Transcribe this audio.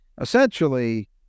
essentially